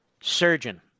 surgeon